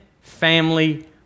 family